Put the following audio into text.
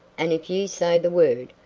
and if you say the word,